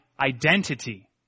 identity